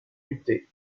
lutter